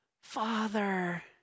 Father